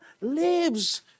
lives